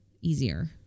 easier